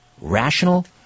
rational